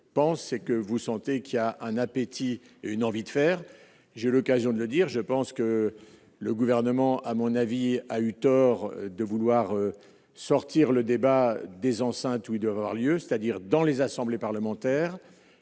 pense c'est que vous sentez qu'il y a un appétit et une envie de faire, j'ai l'occasion de le dire, je pense que le gouvernement, à mon avis a eu tort de vouloir sortir le débat des enceintes où il doivent avoir lieu, c'est-à-dire dans les assemblées parlementaires